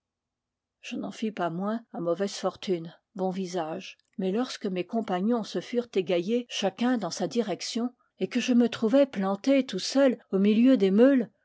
je n'en fis pas moins à mauvaise fortune bon visage mais lorsque mes compagnons se furent égaillés chacun dans sa direction et que jo me trouvai planté tout seul au milieu des meules